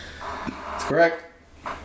correct